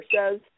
says